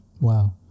Wow